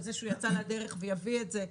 על זה שהוא יצא לדרך והוא יביא את זה בהמשך,